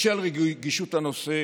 בשל רגישות הנושא,